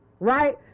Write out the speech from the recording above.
Right